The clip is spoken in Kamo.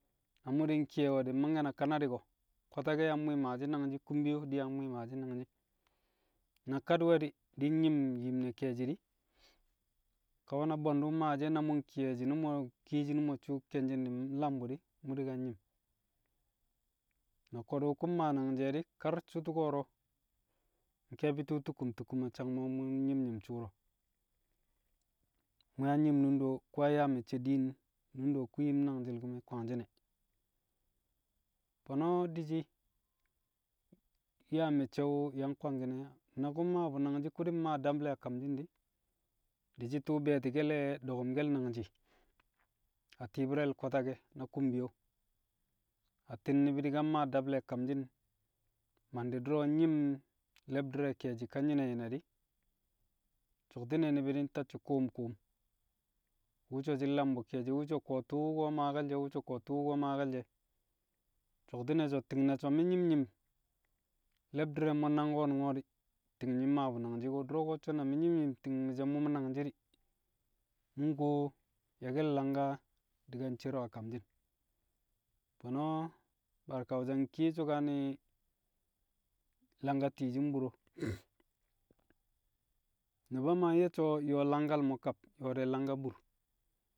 Na mu̱ di̱ nki̱ye̱we̱ di̱ mangke̱ na kanadi̱ ko̱? Kwatake̱ yang mwi̱i̱ maashi̱ nangshi̱, kumyo di̱ yang mwi̱i̱ maashi̱ nangshi̱. Na kadi̱we̱di̱ di̱ nyi̱m nyim ne̱ ke̱e̱shi̱ di̱, ka we̱ na bwe̱ndu̱ maashi̱ e̱ na mu̱ nki̱ye̱ shi̱nu̱mo̱ kiye shi̱nu̱mo̱ su̱u̱ ke̱nshi̱n di̱ nlam bu̱ di̱, mu̱ di̱ ka nyi̱m. Na ko̱du̱ ku̱ nmaa nangji̱ e̱ di̱, kar su̱u̱ tu̱ko̱ro̱ nke̱e̱bi̱ tu̱u̱ tukkum tukkum a sang mo̱ mu̱ nyi̱m nyi̱m su̱u̱ro̱. Mu̱ yang nyi̱m dundo ku̱ yang yaa me̱cce̱ diin e, nunde ku̱ yim nangshi̱ le̱ ku̱me̱ kwangshi̱n e̱. Fo̱no̱ di̱shi̱ yaa me̱cce̱ wu̱ yang kwangki̱n e̱. Na ku̱ mmaa bu̱ nangshi̱ ku̱ mmaa dable̱ a kamshi̱n di̱, di̱shi̱ tu̱u̱ be̱e̱ti̱ke̱l do̱ku̱mke̱l nangji̱ a ti̱i̱bi̱re̱l kwatake̱ na kumyo, atti̱n ni̱bi̱ di̱ ka mmaa dable̱ a kamshi̱n, mandi̱ du̱ro̱ nyi̱m le̱bdi̱r re̱ ke̱e̱shi̱ ka nyi̱ne̱ nyi̱ne̱ di̱. So̱kti̱ne̱ ni̱bi̱ di̱ ntacci̱ ku̱u̱m ku̱u̱m wu̱ so̱ shi̱ nlam bu̱ ke̱e̱shi̱, wu̱ so̱ ko̱ tu̱u̱ wu̱ko̱ maake̱l she̱, wu̱ so̱ ko̱ tu̱u̱ wu̱ko̱ maake̱l she̱. So̱kti̱ne̱ so̱ ti̱ng na so̱ mi̱ nyi̱m nyi̱m le̱bdi̱r re̱ mo̱ nang wu̱ ko̱nu̱n o̱ di̱, ti̱ng nyi̱ mmaa bu̱ nangji̱ ko̱, du̱ro̱ ko̱ so̱ ti̱ng mi̱ so̱ mu̱ nangshi̱ di̱. Mu̱ nkuwo ye̱ke̱l langa di̱ ka ncero a kamshi̱n. Fo̱no̱ bar Kausa nkiye so̱kane̱ langa ti̱i̱ shi̱ mburo. Nu̱ba Maa nye̱ so̱ yo̱o̱ langkal mo̱ kab, yo̱o̱ de̱ langka bur.